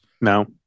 no